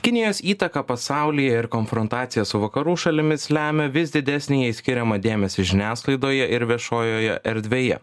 kinijos įtaką pasaulyje ir konfrontaciją su vakarų šalimis lemia vis didesnį jai skiriamą dėmesį žiniasklaidoje ir viešojoje erdvėje